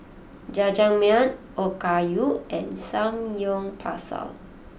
Jajangmyeon Okayu and Samgyeopsal